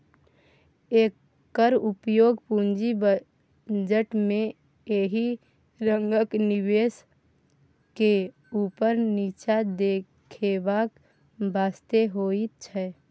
एकर उपयोग पूंजी बजट में एक रंगक निवेश के ऊपर नीचा देखेबाक वास्ते होइत छै